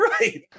Right